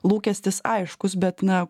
lūkestis aiškus bet na